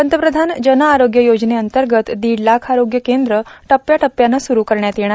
पंतप्रधान जनआरोग्य योजनेअंतर्गत दीड लाख आरोग्य केंद्र टप्प्याटप्प्यानं स्ररू करण्यात येणार